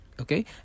okay